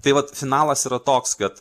tai vat finalas yra toks kad